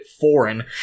foreign